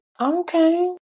okay